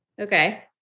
Okay